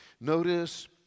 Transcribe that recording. Notice